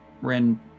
Ren